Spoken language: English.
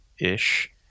ish